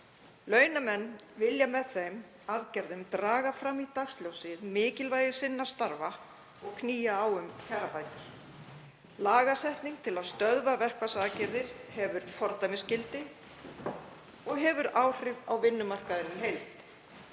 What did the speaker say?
Launamenn vilja með þeim aðgerðum draga fram í dagsljósið mikilvægi starfa sinn og knýja á um kjarabætur. Lagasetning til að stöðva verkfallsaðgerðir hefur fordæmisgildi og hefur áhrif á vinnumarkaðinn í heild.